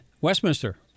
Westminster